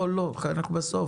האוזר, לא, אנחנו בסוף.